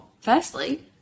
Firstly